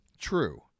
true